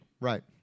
Right